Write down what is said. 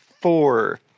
four